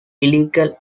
illegal